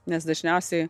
nes dažniausiai